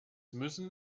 müssen